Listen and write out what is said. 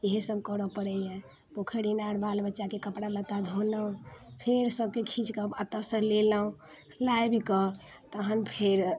इहे सभ करऽ पड़ैए पोखरि इनार बाल बच्चाके कपड़ा लत्ता धोलहुँ फेर सभके खीच कऽ अतऽसँ लेलहुँ लाइव कऽ तहन फेर